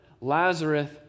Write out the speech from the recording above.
Lazarus